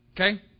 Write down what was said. Okay